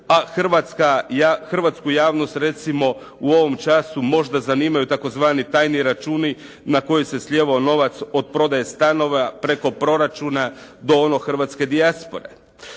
ja hrvatsku javnost recimo u ovom času možda zanimaju tzv. tajni računi na koje se slijevao novac od prodaje stanova preko proračuna do onog hrvatske dijaspore.